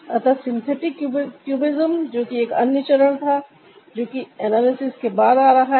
अतः synthetic cubism जो कि एक अन्य चरण था जो कि एनालिसिस आ रहा है